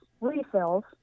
refills